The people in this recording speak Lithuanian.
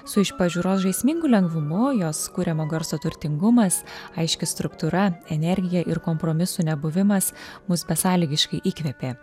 su iš pažiūros žaismingu lengvumu jos kuriamo garso turtingumas aiški struktūra energija ir kompromisų nebuvimas mus besąlygiškai įkvėpė